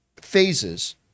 phases